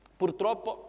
purtroppo